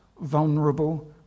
vulnerable